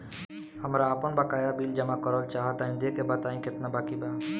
हमरा आपन बाकया बिल जमा करल चाह तनि देखऽ के बा ताई केतना बाकि बा?